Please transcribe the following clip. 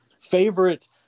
favorite